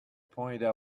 pointed